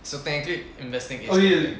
so technically investing is